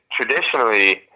traditionally